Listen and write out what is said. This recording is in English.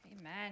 Amen